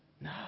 No